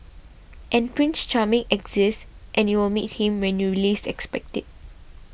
and Prince Charming exists and you will meet him when you least expect it